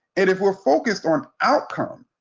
and if we're focused on outcome,